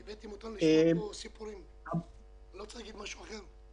הבאתם אותנו לשמוע פה סיפורים ואני לא רוצה להגיד משהו אחר.